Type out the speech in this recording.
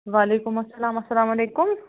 وعلیکُم اَسَلام اَسَلام علیکُم